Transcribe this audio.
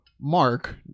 Mark